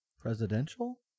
presidential